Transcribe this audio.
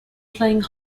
playing